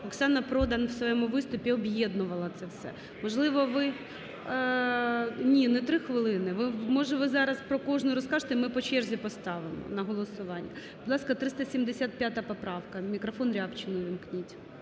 Оксана Продан в своєму виступі об'єднувала це все, можливо, ви, ні, не три хвилини, може, ви зараз про кожну розкажете, ми по черзі поставимо на голосування? Будь ласка, 375 поправка. Мікрофон Рябчина ввімкніть.